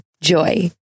Joy